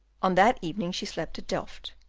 on that evening she slept at delft,